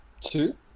Two